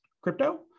crypto